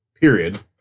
Period